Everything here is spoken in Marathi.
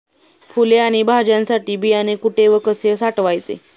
फुले आणि भाज्यांसाठी बियाणे कुठे व कसे साठवायचे?